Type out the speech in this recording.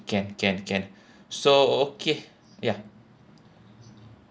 can can can so okay ya